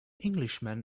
englishman